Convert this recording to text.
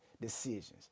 decisions